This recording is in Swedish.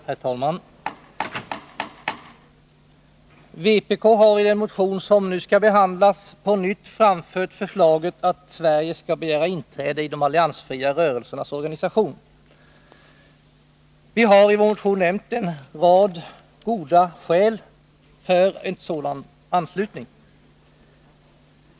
Herr talman! Vpk har i den motion som nu skall behandlas på nytt framfört förslaget att Sverige skall begära inträde i de alliansfria rörelsernas organisation. Vi har i vår motion nämnt en rad goda skäl för en sådan anslutning.